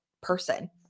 person